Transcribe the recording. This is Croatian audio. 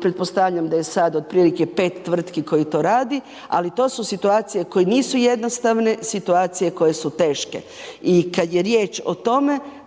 pretpostavljam da je sad otprilike 5 tvrtki koji to radi ali to su situacije koje nisu jednostavne, situacije koje su teške. I kad je riječ o tome